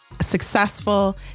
successful